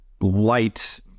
light